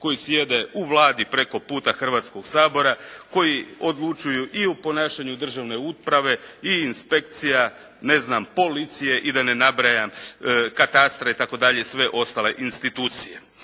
koji sjede u Vladi preko puta Hrvatskoga sabora, koji odlučuju i u ponašanju državne uprave i inspekcija, ne znam policije i da ne nabrajam katastre itd., sve ostale institucije.